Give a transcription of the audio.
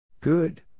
Good